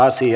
asia